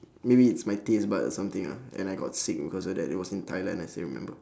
maybe is my taste buds or something ah and I got sick because of that it was in thailand I still remember